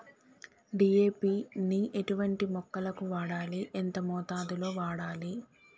DAP ని ఎటువంటి మొక్కలకు వాడాలి? ఎంత మోతాదులో వాడాలి?